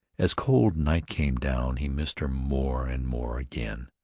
as cold night came down, he missed her more and more again,